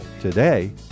Today